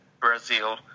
Brazil